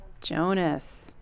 jonas